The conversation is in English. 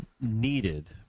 needed